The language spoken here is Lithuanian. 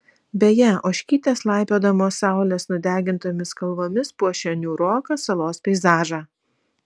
beje ožkytės laipiodamos saulės nudegintomis kalvomis puošia niūroką salos peizažą